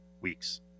weeks